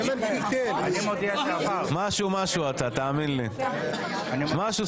התשפ"ג-2022 אני מצביע על הרוויזיה של חבר הכנסת טיבי ובעצם גם שלי.